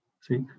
See